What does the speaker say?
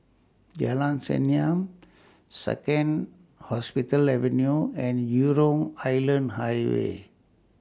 Jalan Senyum Second Hospital Avenue and Jurong Island Highway